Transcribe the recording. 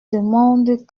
demande